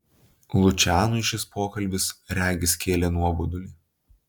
lučianui šis pokalbis regis kėlė nuobodulį